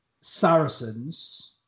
saracens